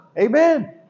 Amen